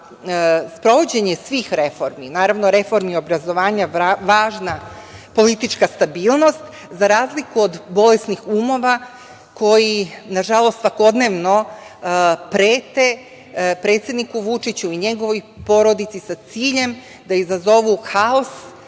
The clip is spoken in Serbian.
sprovođenje svih reformi, naravno reformi obrazovanja, važna politička stabilnost, za razliku od bolesnih umova koji na žalost svakodnevno prete predsedniku Vučiću i njegovoj porodici sa ciljem da izazovu haos